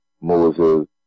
Moses